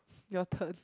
your turn